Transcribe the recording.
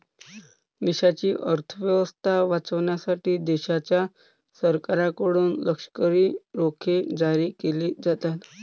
देशाची अर्थ व्यवस्था वाचवण्यासाठी देशाच्या सरकारकडून लष्करी रोखे जारी केले जातात